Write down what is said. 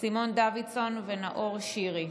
סימון דוידסון ונאור שירי,